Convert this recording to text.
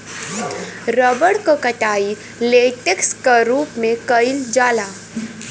rubber क कटाई latex क रूप में कइल जाला